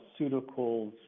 pharmaceuticals